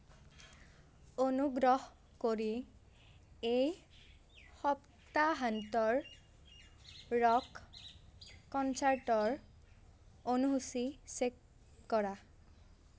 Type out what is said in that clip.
অনুগ্ৰহ কৰি এই সপ্তাহান্তৰ ৰ'ক কঞ্চাৰ্টৰ অনুসূচী চেক কৰা